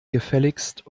gefälligst